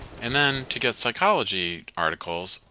and then, to get psychology articles,